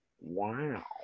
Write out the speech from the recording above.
Wow